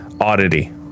oddity